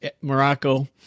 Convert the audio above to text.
Morocco